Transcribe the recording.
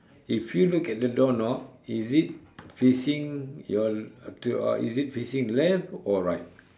if you look at the door knob is it facing your le~ uh to your uh is it facing left or right